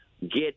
get